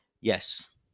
yes